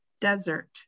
desert